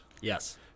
Yes